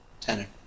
Tenor